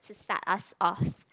to start us off